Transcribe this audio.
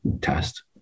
test